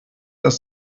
das